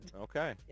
Okay